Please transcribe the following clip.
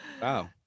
wow